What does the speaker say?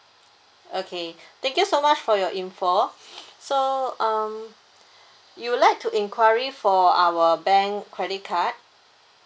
okay thank you so much for your info so um you would like to enquiry for our bank credit card